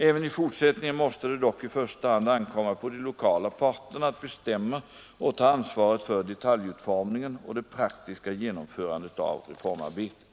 Även i fortsättningen måste det dock i första hand ankomma på de lokala parterna att bestämma och ta ansvaret för detaljutformningen och det praktiska genomförandet av reformarbetet.